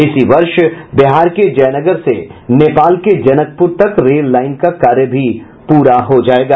इसी वर्ष बिहार के जयनगर से नेपाल के जनकपुर तक रेल लाईन का कार्य पूरा हो जायेगा